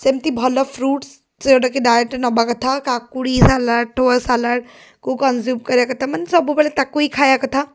ସେମିତି ଭଲ ଫ୍ରୁଟ୍ସ ଯେଉଁଟାକି ଡାଏଟ୍ରେ ନେବା କଥା କାକୁଡ଼ି ସାଲାଡ଼୍ ସାଲାଟକୁ କଞ୍ଜୁମ୍ କରିବା କଥା ମାନେ ସବୁବେଳେ ତାକୁ ହିଁ ଖାଇବା କଥା